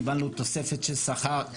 קיבלנו תוספת של שכר,